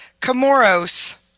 Comoros